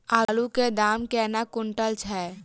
आलु केँ दाम केना कुनटल छैय?